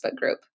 group